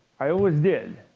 i always did.